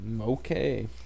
Okay